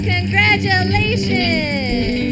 Congratulations